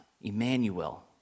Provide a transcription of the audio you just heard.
Emmanuel